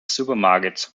supermarkets